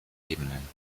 ebenen